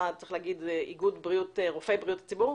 אתה יו"ר איגוד רופאי בריאות הציבור.